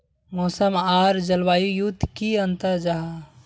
मौसम आर जलवायु युत की अंतर जाहा?